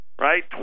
right